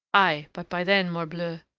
aye, but by then, morbleu,